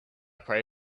pray